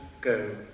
go